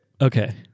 Okay